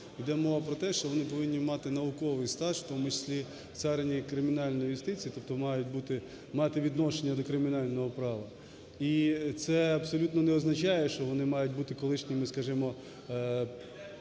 Йде мова про те, що вони повинні мати науковий стаж, у тому числі в царині кримінальної юстиції, тобто мають бути, мати відношення до кримінального права. І це абсолютно не означає, що вони мають бути колишніми, скажімо,